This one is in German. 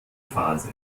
phase